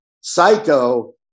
Psycho